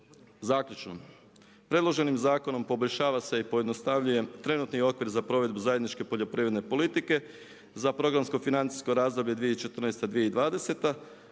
Zaključno, predloženim zakonom poboljšava se i pojednostavljuje trenutni okvir za provedbu zajedničke poljoprivredne politike za programsko financijsko razdoblje 2014.-2020.